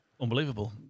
unbelievable